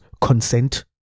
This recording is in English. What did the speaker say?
consent